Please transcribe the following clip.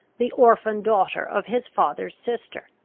the orphan daughter of his father's sister.